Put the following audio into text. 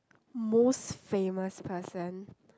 most famous person